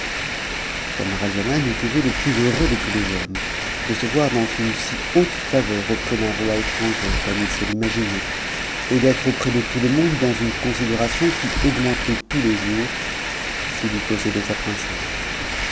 camaralzaman eût été le plus heureux de tous les hommes de se voir dans une si haute faveur auprès d'un roi étranger comme il se l'imaginait et d'être auprès de tout le monde dans une considération qui augmentait tous les jours s'il eût possédé sa princesse